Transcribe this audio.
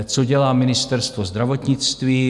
Co dělá Ministerstvo zdravotnictví?